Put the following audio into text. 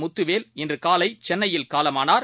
முத்துவேல் இன்றுகாலைசென்னையில் காலமானார்